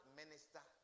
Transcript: minister